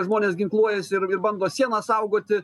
žmonės ginkluojasi ir ir bando sieną saugoti